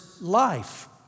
life